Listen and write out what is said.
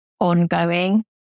ongoing